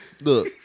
Look